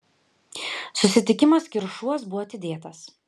susitikimas kiršuos buvo atidėtas